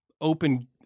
open